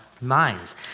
minds